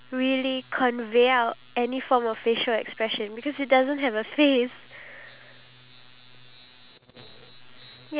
but if you're constantly with your phone if you talk about the word angry you can on~ your only perception of it is the angry emoji and then that's it